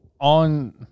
on